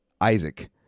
Isaac